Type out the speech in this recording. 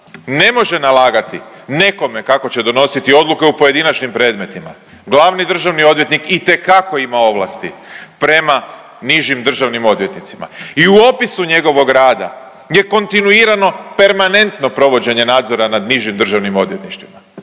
ne može nalagati nekome kako će donositi odluke u pojedinačnim predmetima, glavni državni odvjetnik itekako ima ovlasti prema nižim državnim odvjetnicima i u opisu njegovog rada je kontinuirano permanentno provođenje nadzora nad nižim državnim odvjetništvima.